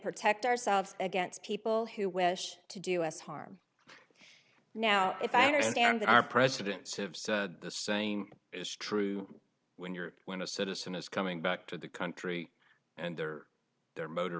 protect ourselves against people who wish to do us harm now if i understand that our presidents have said the same is true when you're when a citizen is coming back to the country and there their motor